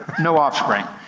no offspring.